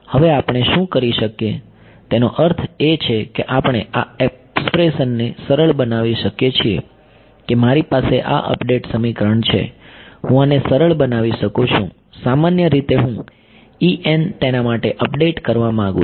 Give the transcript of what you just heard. હવે આપણે શું કરી શકીએ તેનો અર્થ એ છે કે આપણે આ એક્સપ્રેશન ને સરળ બનાવી શકીએ છીએ કે મારી પાસે આ અપડેટ સમીકરણ છે હું આને સરળ બનાવી શકું છું સામાન્ય રીતે હું તેના માટે અપડેટ કરવા માંગુ છું